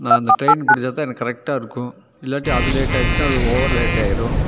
நான் அந்த ட்ரெயின் பிடிச்சா தான் எனக்கு கரெக்டாக இருக்கும் இல்லாட்டி அது லேட்டாயிடுச்சின்னா அது ஓவர் லேட்டாகிடும்